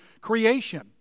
creation